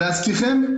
להזכירכם,